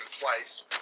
twice